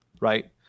right